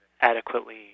adequately